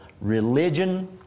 religion